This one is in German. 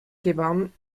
gewann